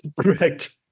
Correct